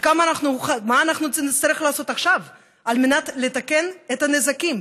מה אנחנו נצטרך לעשות עכשיו על מנת לתקן את הנזקים?